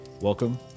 Welcome